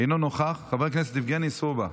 אינו נוכח, חבר הכנסת יבגני סובה,